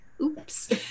oops